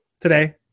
today